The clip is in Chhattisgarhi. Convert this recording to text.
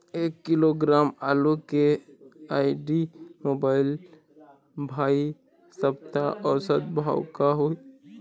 एक किलोग्राम आलू के आईडी, मोबाइल, भाई सप्ता औसत भाव का होही?